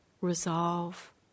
resolve